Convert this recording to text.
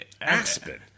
Aspen